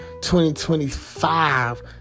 2025